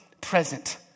present